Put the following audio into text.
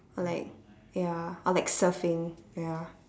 or like ya or like surfing ya